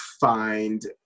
find